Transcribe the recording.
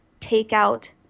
takeout